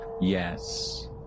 Yes